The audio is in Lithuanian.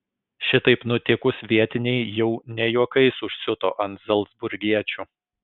šitaip nutikus vietiniai jau ne juokais užsiuto ant zalcburgiečių